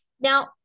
Now